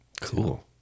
Cool